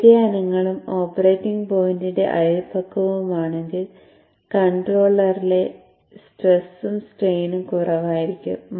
വ്യതിയാനങ്ങളും ഓപ്പറേറ്റിംഗ് പോയിന്റിന്റെ അയൽപക്കവും ആണെങ്കിൽ കൺട്രോളറിലെ സ്ട്രെസും സ്ട്രെയിനും കുറവായിരിക്കും